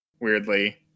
weirdly